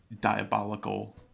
diabolical